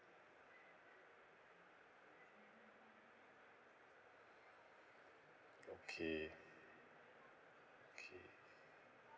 okay okay